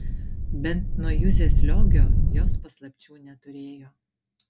bent nuo juzės liogio jos paslapčių neturėjo